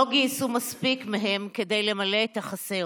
לא גייסו מספיק מהם למלא את החסר.